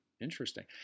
Interesting